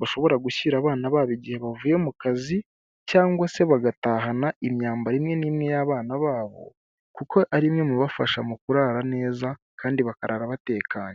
bashobora gushyira abana babo igihe bavuye mu kazi, cyangwa se bagatahana imyambaro imwe n'imwe y'abana babo kuko ari imwe mu bibafasha mu kurara neza kandi bakarara batekanye.